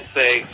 say